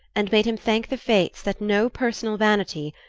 and made him thank the fates that no personal vanity,